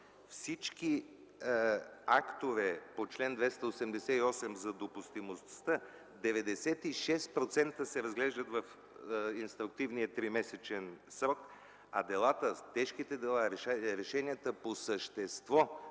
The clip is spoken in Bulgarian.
всички актове по чл. 288 за допустимостта 96% се разглеждат в инструктивния тримесечен срок, а делата, тежките дела, решенията по същество